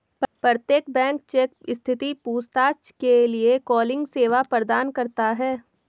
प्रत्येक bank cheque स्थिति पूछताछ के लिए कॉलिंग सेवा प्रदान करता हैं